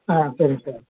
ஆ சரிங்க சார்